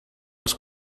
els